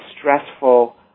stressful